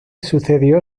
sucedió